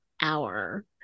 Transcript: hour